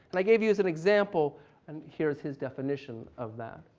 like gave you as an example and here's his definition of that,